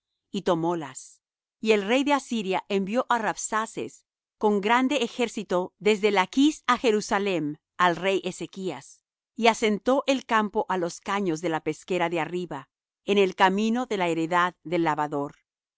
y tomólas y el rey de asiria envió á rabsaces con grande ejército desde lachs á jerusalem al rey ezechas y asentó el campo á los caños de la pesquera de arriba en el camino de la heredad del lavador